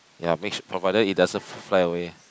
ya make sure provided it doesn't fly away